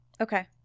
Okay